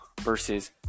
versus